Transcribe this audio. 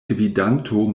gvidanto